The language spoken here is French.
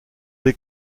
les